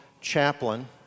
chaplain